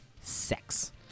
sex